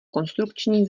konstrukční